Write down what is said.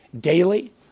daily